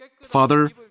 Father